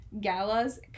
galas